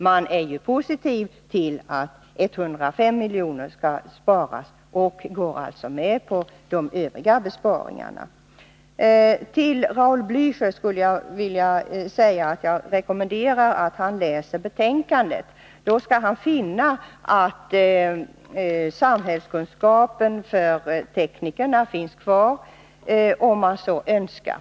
De är positiva till att 105 milj.kr. skall sparas och går alltså med på de övriga besparingarna. Raul Blächer skulle jag vilja rekommendera att läsa betänkandet. Då skall han finna att samhällskunskapen för teknikerna finns kvar, om de så önskar.